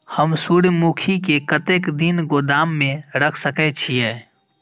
हम सूर्यमुखी के कतेक दिन गोदाम में रख सके छिए?